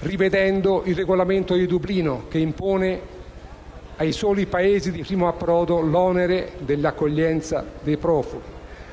rivedendo il regolamento di Dublino, che impone ai soli Paesi di primo approdo l'onere dell'accoglienza dei profughi.